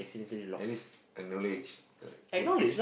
at least acknowledge like put